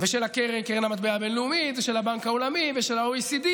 ושל קרן המטבע הבין-לאומית ושל הבנק העולמי ושל ה-OECD,